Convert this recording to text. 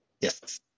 Yes